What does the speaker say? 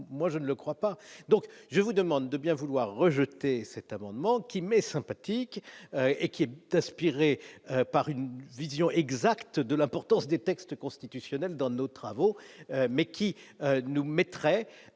moi je ne le crois pas, donc je vous demande de bien vouloir rejeter cet amendement qui m'est sympathique et qui est inspirée par une vision exacte de l'importance des textes constitutionnels dans nos travaux, mais qui nous mettrait